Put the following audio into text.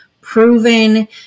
proven